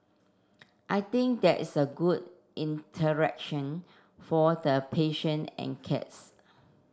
I think that is a good interaction for the patient and cats